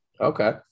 Okay